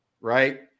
right